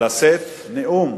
לשאת נאום,